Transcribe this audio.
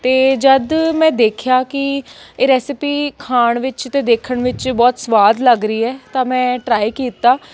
ਅਤੇ ਜਦ ਮੈਂ ਦੇਖਿਆ ਕਿ ਇਹ ਰੈਸਿਪੀ ਖਾਣ ਵਿੱਚ ਅਤੇ ਦੇਖਣ ਵਿੱਚ ਬਹੁਤ ਸਵਾਦ ਲੱਗ ਰਹੀ ਹੈ ਤਾਂ ਮੈਂ ਟ੍ਰਾਈ ਕੀਤਾ